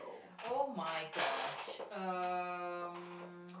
oh-my-gosh um